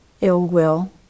ill-will